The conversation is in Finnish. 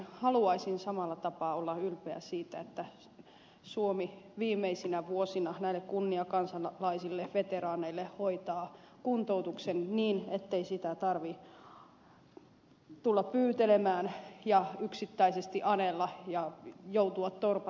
haluaisin samalla tapaa olla ylpeä siitä että suomi viimeisinä vuosina näille kunniakansalaisille veteraaneille hoitaa kuntoutuksen niin ettei sitä tarvitse tulla pyytelemään ja yksittäisesti anella ja joutua torpatuksi